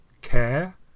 Care